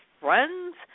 friends